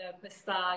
questa